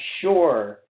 sure